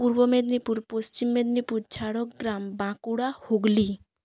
পূর্ব মেদিনীপুর পশ্চিম মেদিনীপুর ঝাড়গ্রাম বাঁকুড়া হুগলি